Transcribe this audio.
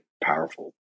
powerful